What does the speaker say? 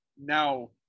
now